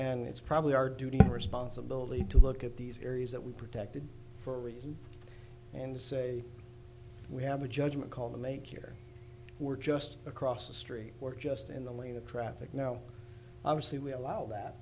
and it's probably our duty responsibility to look at these areas that we protected for a reason and say we have a judgment call the make here we're just across the street or just in the lane of traffic now obviously we allow that